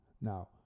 Now